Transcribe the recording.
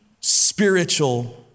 spiritual